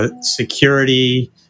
security